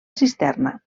cisterna